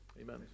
Amen